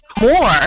more